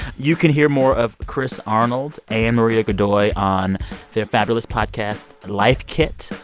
you can hear more of chris arnold and maria godoy on their fabulous podcast, life kit.